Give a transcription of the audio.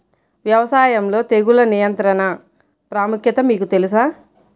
వ్యవసాయంలో తెగుళ్ల నియంత్రణ ప్రాముఖ్యత మీకు తెలుసా?